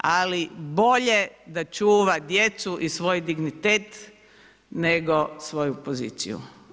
Ali bolje da čuva djecu i svoj dignitet nego svoju poziciju.